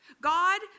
God